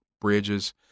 bridges